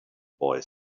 boy